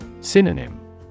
Synonym